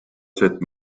seit